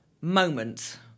moment